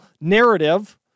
narrative